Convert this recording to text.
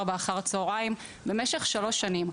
16:00 אחר הצהריים במשך שלוש שנים.